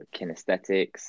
kinesthetics